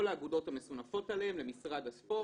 האגודות המסונפות אליהם למשרד הספורט.